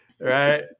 right